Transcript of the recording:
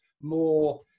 more